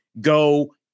go